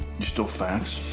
you still fax?